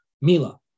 Mila